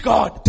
God